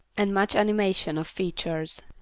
and much animation of features.